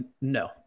no